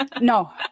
no